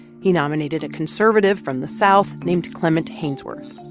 he nominated a conservative from the south named clement haynsworth.